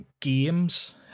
games